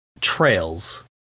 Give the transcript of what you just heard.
Trails